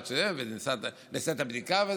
נעשית בדיקה.